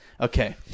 Okay